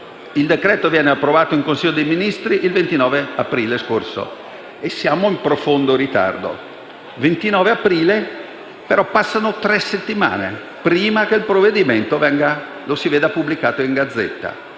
il decreto-legge viene approvato in Consiglio dei ministri il 29 aprile scorso e siamo in profondo ritardo, però passano tre settimane prima che il provvedimento venga pubblicato in *Gazzetta